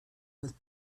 with